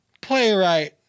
playwright